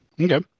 Okay